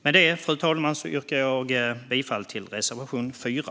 Med det, fru talman, yrkar jag bifall till reservation 4.